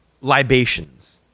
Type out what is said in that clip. libations